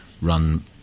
run